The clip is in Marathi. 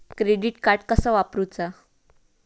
क्रेडिट कार्ड कसा वापरूचा?